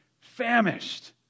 famished